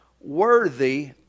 Worthy